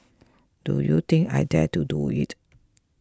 do you think I dare to do it